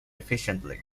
efficiently